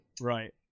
Right